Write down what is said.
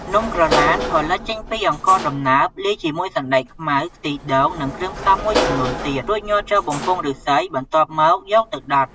នំក្រឡានផលិតចេញពីអង្ករដំណើប លាយជាមួយសណ្ដែកខ្មៅ ខ្ទិះដូង និងគ្រឿងផ្សំមួយចំនួនទៀត រួចញាត់ចូលបំពង់ឫស្សី បន្ទាប់មកយកទៅដុត។